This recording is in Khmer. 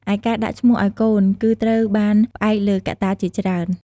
ឯការដាក់ឈ្មោះឲ្យកូនគឺត្រូវបានផ្អែកលើកត្តាជាច្រើន។